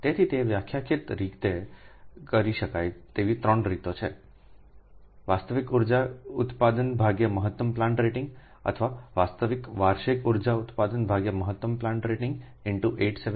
તેથી તે વ્યાખ્યાયિત કરી શકાય તેવી 3 રીતો છે વાસ્તવિક ઉર્જા ઉત્પાદન મહત્તમ પ્લાન્ટ રેટિંગ અથવા વાસ્તવિક વાર્ષિક ઉર્જા ઉત્પાદન મહત્તમ પ્લાન્ટ રેટિંગ X 8760